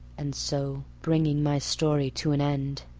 and so bring my story to an end.